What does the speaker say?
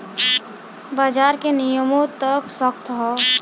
बाजार के नियमों त सख्त हौ